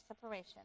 separation